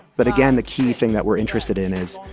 but again, the key thing that we're interested in is,